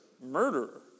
murderer